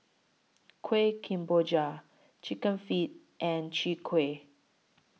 Kuih Kemboja Chicken Feet and Chwee Kueh